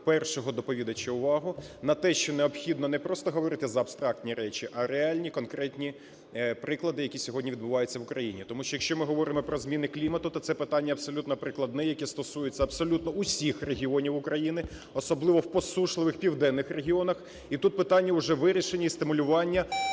першого доповідача увагу на те, що необхідно не просто говорити за абстрактні речі, а реальні конкретні приклади, які сьогодні відбуваються в Україні. Тому що, якщо ми говоримо про зміни клімату, то це питання абсолютно прикладне, яке стосується абсолютно усіх регіонів України, особливо в посушливих південних регіонах, і тут питання уже вирішені – стимулювання